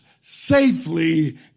safely